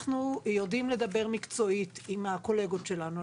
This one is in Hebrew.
אנחנו יודעים לדבר מקצועית עם הקולגות שלנו.